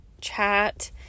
chat